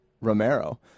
Romero